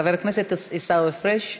חבר הכנסת עיסאווי פריג'.